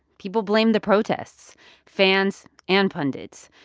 people blamed the protests fans and pundits.